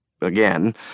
again